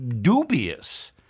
dubious